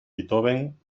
beethoven